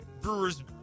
Brewers